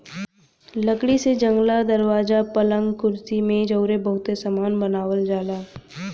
लकड़ी से जंगला, दरवाजा, पलंग, कुर्सी मेज अउरी बहुते सामान बनावल जाला